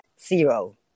zero